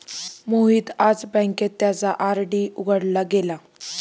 मोहित आज बँकेत त्याचा आर.डी उघडायला गेला